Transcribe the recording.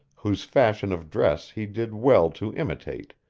whose fashion of dress he did well to imitate,